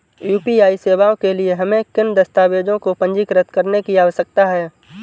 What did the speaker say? UPI सेवाओं के लिए हमें किन दस्तावेज़ों को पंजीकृत करने की आवश्यकता है?